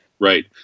Right